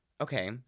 Okay